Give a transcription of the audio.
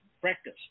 practice